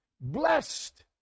blessed